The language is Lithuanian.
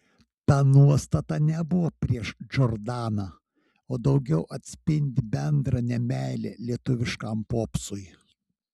ta nuostata nebuvo prieš džordaną o daugiau atspindi bendrą nemeilę lietuviškam popsui